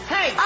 Hey